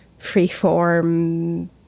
freeform